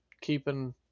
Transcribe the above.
keeping